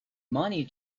money